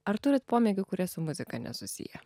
ar turit pomėgių kurie su muzika nesusiję